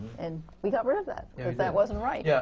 and we got rid of that, because that wasn't right. yeah,